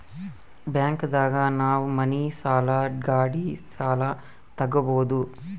bank ದಾಗ ನಾವ್ ಮನಿ ಸಾಲ ಗಾಡಿ ಸಾಲ ತಗೊಬೋದು